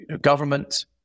government